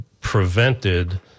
prevented